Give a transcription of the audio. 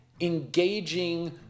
engaging